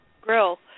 grill